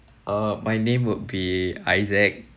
uh my name would be isaac